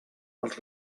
els